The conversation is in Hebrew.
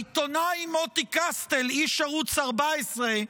העיתונאי מוטי קסטל, איש ערוץ 14,